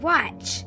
Watch